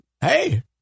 hey